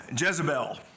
Jezebel